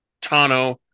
Tano